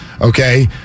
Okay